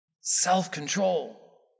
Self-control